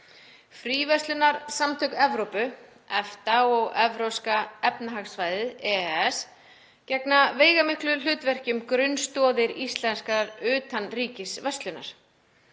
Fríverslunarsamtök Evrópu, EFTA, og Evrópska efnahagssvæðið, EES, gegna veigamiklu hlutverki sem grunnstoðir íslenskrar utanríkisverslunar.